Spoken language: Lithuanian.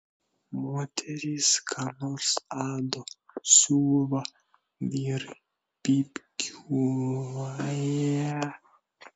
moterys ką nors ado siuva vyrai pypkiuoja